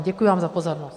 Děkuji vám za pozornost.